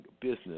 business